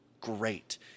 Great